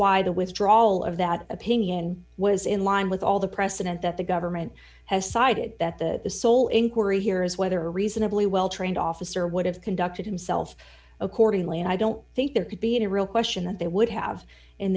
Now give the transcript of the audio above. why the withdrawal of that opinion was in line with all the precedent that the government has cited that the the sole inquiry here is whether a reasonably well trained officer would have conducted himself accordingly and i don't think there could be a real question that they would have in